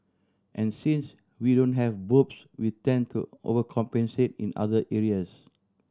and since we don't have boobs we tend to overcompensate in other areas